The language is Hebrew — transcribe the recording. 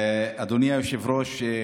אדוני היושב-ראש,